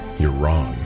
you're wrong.